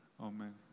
amen